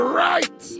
right